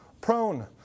prone